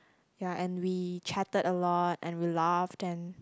ya and we chatted a lot and we laughed and